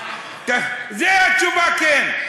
זו התשובה, כן.